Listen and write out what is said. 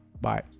Bye